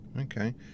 Okay